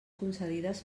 concedides